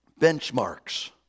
benchmarks